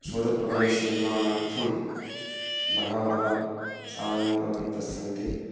शोधप्रबन्धस्य निर्माणार्थं बहवः साहाय्यं कुर्वन्तस्सन्ति